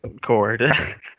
cord